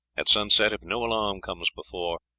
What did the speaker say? at sunset, if no alarm comes before,